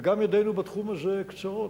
וגם ידינו בתחום הזה קצרות.